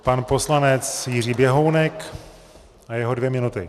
Pan poslanec Jiří Běhounek a jeho dvě minuty.